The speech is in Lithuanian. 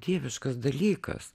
dieviškas dalykas